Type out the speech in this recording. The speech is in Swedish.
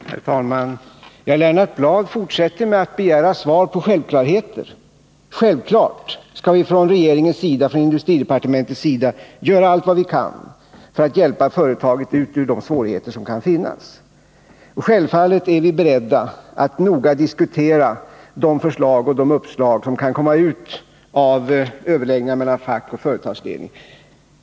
Herr talman! Lennart Bladh fortsätter att begära självklarheter. Självklart skall vi från industridepartementets sida göra allt vad vi kan för att hjälpa företaget ut ur de svårigheter som kan finnas. Och självfallet är vi beredda att noga diskutera de uppslag som kan komma ut av överläggningar mellan fack och företagsledning.